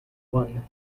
one